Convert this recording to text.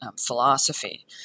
philosophy